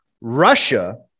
Russia